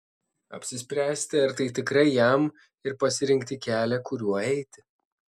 apsispręsti ar tai tikrai jam ir pasirinkti kelią kuriuo eiti